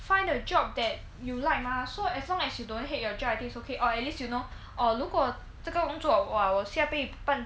find a job that you like mah so as long as you don't hate your job I think is okay or at least you know or 如果这个工作 !wah! 我下辈半